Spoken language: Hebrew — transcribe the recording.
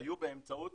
היו באמצעות